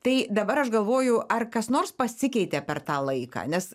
tai dabar aš galvoju ar kas nors pasikeitė per tą laiką nes